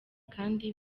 kandi